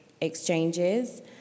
exchanges